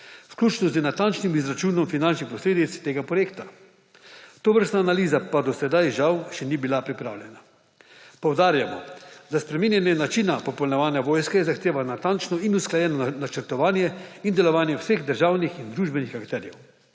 vključno z natančnim izračunom finančnih posledic tega projekta. Tovrstna analiza pa do sedaj, žal, še ni bila pripravljena. Poudarjamo, da spreminjanje načina popolnjevanja vojske zahteva natančno in usklajeno načrtovanje in delovanje vseh državnih in družbenih akterjev.